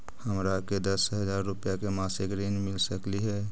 हमरा के दस हजार रुपया के मासिक ऋण मिल सकली हे?